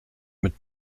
mit